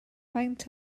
faint